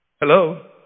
Hello